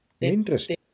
interesting